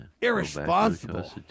irresponsible